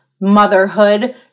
motherhood